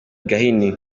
gahini